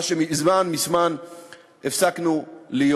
מה שמזמן מזמן הפסקנו להיות.